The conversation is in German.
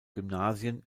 gymnasien